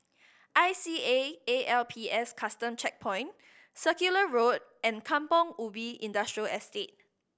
I C A A L P S Custom Checkpoint Circular Road and Kampong Ubi Industrial Estate